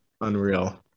unreal